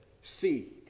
seed